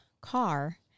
car